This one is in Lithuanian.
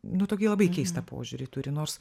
nu tokį labai keistą požiūrį turi nors